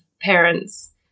parents